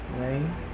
Right